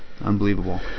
unbelievable